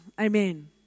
Amen